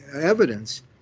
evidence